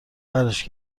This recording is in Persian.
برش